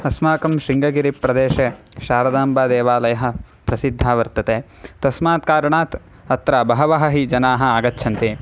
अस्माकं शृङ्गगिरिप्रदेशे शारदाम्बादेवालयः प्रसिद्धः वर्तते तस्मात् कारणात् अत्र बहवः हि जनाः आगच्छन्ति